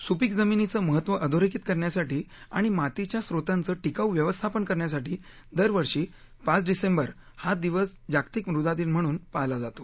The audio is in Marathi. सुपीक जमिनीचं महत्व अधोरेखित करण्यासाठी आणि मातीच्या स्रोतांचं टिकाऊ व्यवस्थापन करण्यासाठी दरवर्षी पाच डिसेंबर हा दिवस जागतिक मुदा दिन म्हणून पाळला जातो